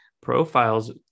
profiles